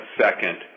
second